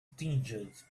tinged